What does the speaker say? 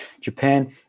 Japan